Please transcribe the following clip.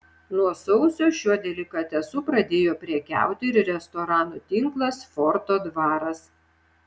nuo sausio šiuo delikatesu pradėjo prekiauti ir restoranų tinklas forto dvaras